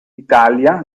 italia